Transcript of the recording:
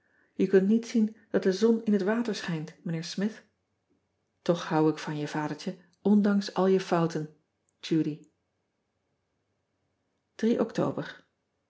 e kunt niet zien dat de zon in het water schijnt ijnheer mith och hou ik van je adertje ondanks al je fouten udy ctober